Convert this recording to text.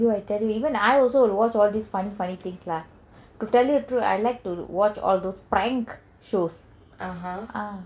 !aiyo! I tell you even I would watch all these funny funny things lah to tell you the truth I like to watch all these prank shows